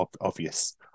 obvious